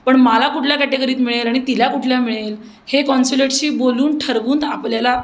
पण मला कुठल्या कॅटेगरीत मिळेल आणि तिला कुठल्या मिळेल हे कॉन्सलेटशी बोलून ठरवून आपल्याला